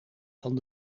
van